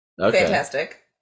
fantastic